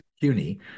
CUNY